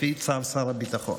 לפי צו שר הביטחון.